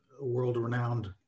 world-renowned